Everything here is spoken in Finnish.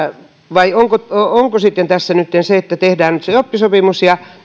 vai onko tässä nytten se että tehdään se oppisopimus ja